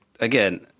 Again